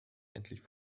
endlich